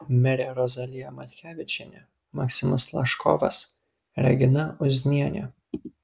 mirė rozalija matkevičienė maksimas laškovas regina uznienė